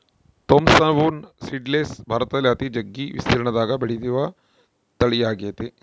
Thompson seedless ಭಾರತದಲ್ಲಿ ಅತಿ ಜಗ್ಗಿ ವಿಸ್ತೀರ್ಣದಗ ಬೆಳೆಯುವ ತಳಿಯಾಗೆತೆ